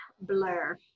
blur